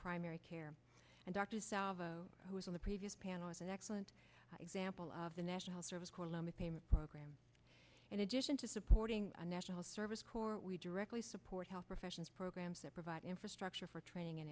primary care and doctors solve who is in the previous panel is an excellent example of the national service corps alum a payment program in addition to supporting a national service corps we directly support health professions programs that provide infrastructure for training